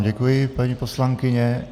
Děkuji vám, paní poslankyně.